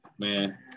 Man